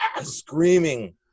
screaming